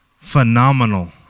phenomenal